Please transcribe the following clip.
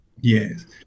Yes